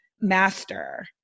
master